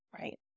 Right